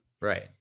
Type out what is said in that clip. right